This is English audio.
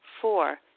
Four